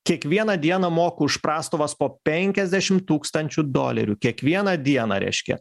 kiekvieną dieną moku už prastovas po penkiasdešim tūkstančių dolerių kiekvieną dieną reiškia